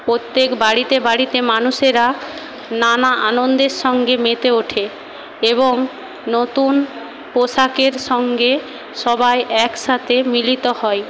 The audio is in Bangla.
প্রত্যেক বাড়িতে বাড়িতে মানুষেরা নানা আনন্দের সঙ্গে মেতে ওঠে এবং নতুন পোশাকের সঙ্গে সবাই একসাথে মিলিত হয়